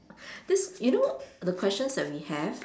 this you know the questions that we have